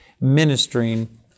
ministering